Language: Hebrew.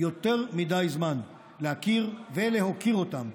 יותר מדי זמן להכיר בהם ולהוקיר אותם,